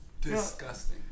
Disgusting